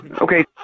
Okay